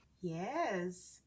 Yes